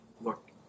look